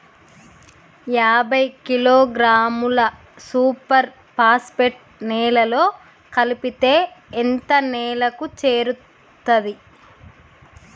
యాభై కిలోగ్రాముల superphosphate నేలలో కలిపితే ఎంత నేలకు చేరుతది?